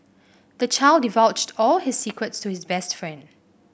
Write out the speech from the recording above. the child divulged all his secrets to his best friend